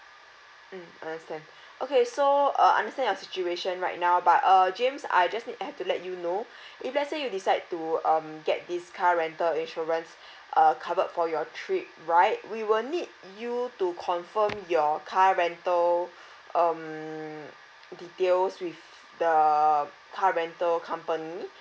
mm I understand okay so uh I understand your situation right now but uh james I just need I have to let you know if let say you decide to um get this car rental insurance uh covered for your trip right we will need you to confirm your car rental um details with the car rental company